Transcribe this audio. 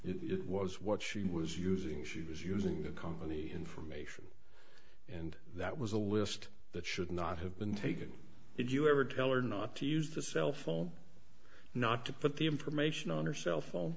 it was what she was using she was using a company information and that was a list that should not have been taken did you ever tell her not to use the cell phone not to put the information on her cell phone